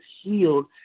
healed